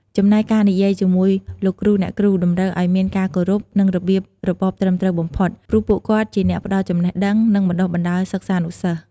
ចំណែកការនិយាយជាមួយ លោកគ្រូ អ្នកគ្រូ តម្រូវឱ្យមានការគោរព និងរបៀបរបបត្រឹមត្រូវបំផុត ព្រោះពួកគាត់ជាអ្នកផ្ដល់ចំណេះដឹង និងបណ្ដុះបណ្ដាលសិស្សានុសិស្ស។